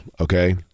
okay